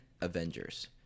Avengers